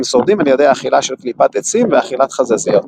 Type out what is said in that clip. הם שורדים על ידי אכילה של קליפת עצים ואכילת חזזיות.